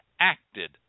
acted